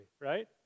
right